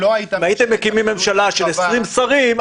אם הייתם מקימים ממשלה של 20 שרים,